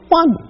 one